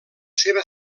seva